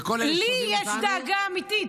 ולכל אלה הסובבים אותנו --- לי יש דאגה אמיתית.